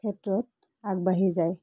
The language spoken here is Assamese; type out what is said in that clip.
ক্ষেত্ৰত আগবাঢ়ি যায়